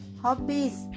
Hobbies